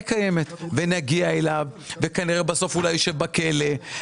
קיימת נגיע אליו וכנראה בסוף הוא אולי ישב בכלא.